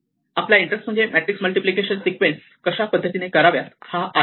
आपला इंटरेस्ट म्हणजे matrix multiplication sequence कशा पद्धतीने कराव्यात हा आहे